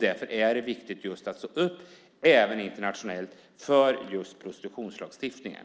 Därför är det viktigt att även internationellt stå upp för just prostitutionslagstiftningen.